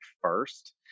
first